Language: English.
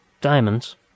Diamonds